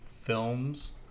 films